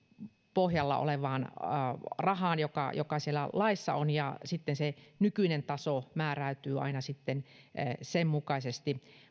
pohjalla olevaan rahaan joka joka siellä laissa on ja sitten se nykyinen taso määräytyy aina sitten sen mukaisesti